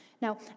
Now